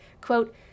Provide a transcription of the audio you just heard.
Quote